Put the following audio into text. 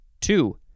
Two